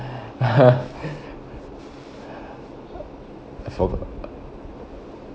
for